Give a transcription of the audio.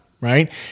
right